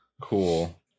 Cool